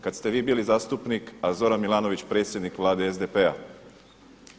Kada ste vi bili zastupnik a Zoran Milanović predsjednik Vlade SDP-a.